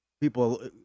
people